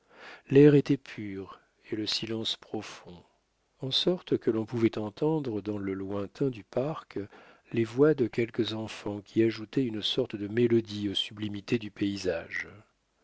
l'air était pur et le silence profond en sorte que l'on pouvait entendre dans le lointain du parc les voix de quelques enfants qui ajoutaient une sorte de mélodie aux sublimités du paysage